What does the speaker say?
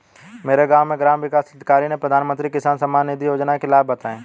मेरे गांव में ग्राम विकास अधिकारी ने प्रधानमंत्री किसान सम्मान निधि योजना के लाभ बताएं